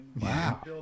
Wow